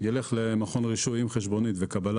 ילך למכון רישוי עם חשבונית וקבלה